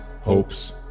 hopes